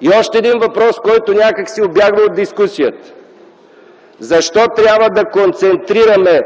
И още един въпрос, който някак си убягва от дискусията. Защо трябва да концентрираме